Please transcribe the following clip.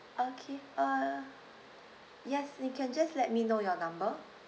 okay uh yes you can just let me know your number